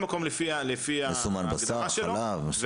מסומן בשר, חלב.